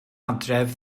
adref